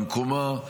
במקומה,